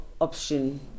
option